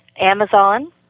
Amazon